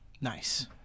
Nice